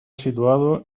situado